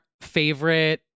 favorite